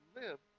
live